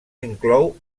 inclou